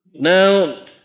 Now